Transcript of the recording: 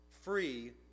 free